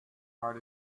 hard